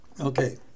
Okay